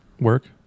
work